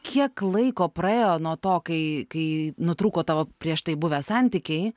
kiek laiko praėjo nuo to kai kai nutrūko tavo prieš tai buvę santykiai